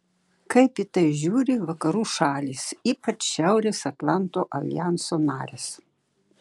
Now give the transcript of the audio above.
kaip į tai žiūri vakarų šalys ypač šiaurės atlanto aljanso narės